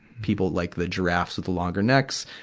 people like the giraffes with the longer necks,